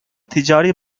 ticari